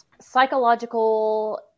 psychological